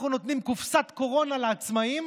אנחנו נותנים קופסת קורונה לעצמאים